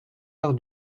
heure